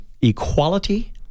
equality